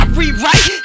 rewrite